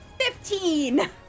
Fifteen